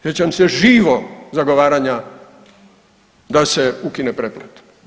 Sjećam se živo zagovaranja da se ukine pretplata.